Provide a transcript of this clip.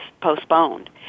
postponed